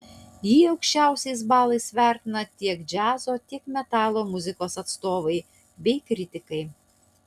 jį aukščiausiais balais vertina tiek džiazo tiek metalo muzikos atstovai bei kritikai